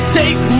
take